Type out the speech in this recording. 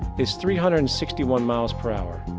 is three hundred and sixty one miles per hour.